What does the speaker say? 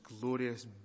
glorious